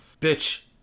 Bitch